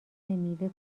میوه